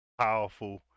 powerful